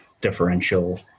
differential